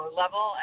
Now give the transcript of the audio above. level